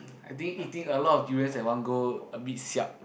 I think eating a lot durians at one go a bit siap